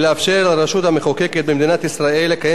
היא לאפשר לרשות המחוקקת במדינת ישראל לקיים